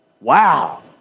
Wow